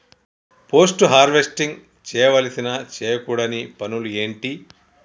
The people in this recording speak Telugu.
పోస్ట్ హార్వెస్టింగ్ చేయవలసిన చేయకూడని పనులు ఏంటి?